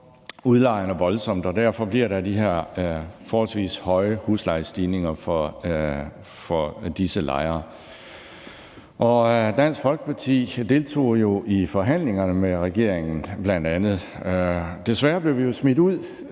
udlejerne voldsomt, og derfor bliver der de her forholdsvis høje huslejestigninger for disse lejere. Dansk Folkeparti deltog jo i forhandlingerne med regeringen. Desværre blev vi smidt ud